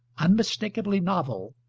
unmistakably novel,